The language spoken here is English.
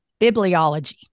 Bibliology